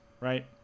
right